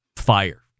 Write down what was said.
Fire